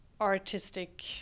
artistic